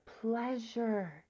pleasure